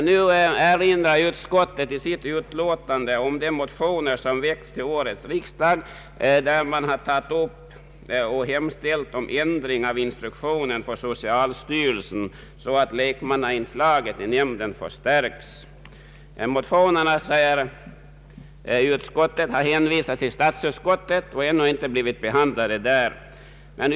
Nu erinrar utskottet i sitt utlåtande om de motioner som väckts till årets riksdag och i vilka tagits upp och hemställts om ändring av instruktionen för socialstyrelsen så att lekmannainslaget i nämnden förstärks. Motionerna, sägs det i utskottet, har hänvisats till statsutskottet och har ännu inte blivit behandlade där.